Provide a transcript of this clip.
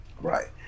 Right